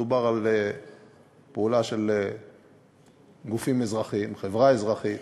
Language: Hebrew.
מדובר על פעולה של גופים אזרחיים, חברה אזרחית,